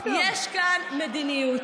יש כאן מדיניות,